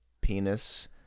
penis